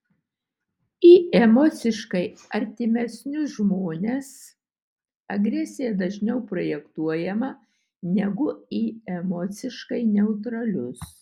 į emociškai artimesnius žmones agresija dažniau projektuojama negu į emociškai neutralius